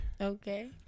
Okay